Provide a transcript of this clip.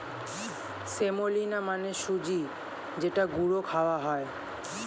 semolina মানে সুজি যেটা গুঁড়ো খাওয়া হয়